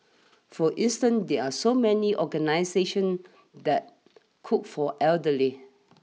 for instance there are so many organisations that cook for elderly